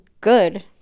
good